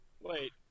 Wait